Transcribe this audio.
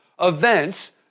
events